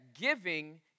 giving